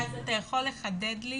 אתה יכול לחדד לי